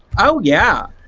oh yeah.